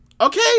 okay